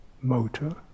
motor